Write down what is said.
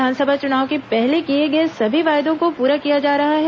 विधानसभा चुनाव के पहले किए गए सभी वायदों को पूरा किया जा रहा है